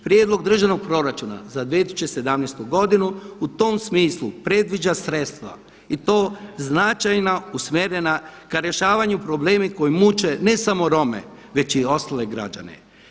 Prijedlog Državnog proračuna za 2017. godinu u tom smislu predviđa sredstva i to značajna usmjerena ka rješavanju problema koji muče ne samo Rome već i ostale građane.